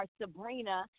Sabrina